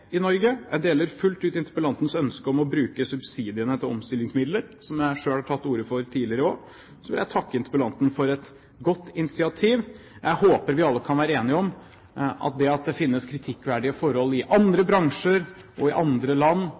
i Norge. Jeg deler fullt ut interpellantens ønske om å bruke subsidiene til omstillingsmidler, som jeg selv har tatt til orde for tidligere også. Så vil jeg takke interpellanten for et godt initiativ. Jeg håper vi alle kan være enige om at det at det finnes kritikkverdige forhold i andre bransjer og i andre land,